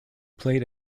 played